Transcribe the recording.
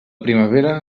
primavera